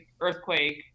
earthquake